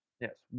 Yes